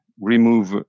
remove